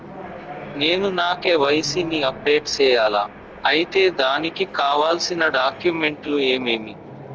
నేను నా కె.వై.సి ని అప్డేట్ సేయాలా? అయితే దానికి కావాల్సిన డాక్యుమెంట్లు ఏమేమీ?